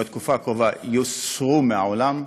בתקופה הקרובה יוסרו מהעולם,